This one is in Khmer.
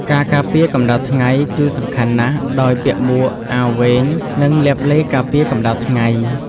ការការពារកម្ដៅថ្ងៃ គឺសំខាន់ណាស់ ដោយពាក់មួក អាវវែង និងលាបឡេការពារកម្ដៅថ្ងៃ។